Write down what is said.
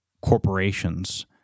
corporations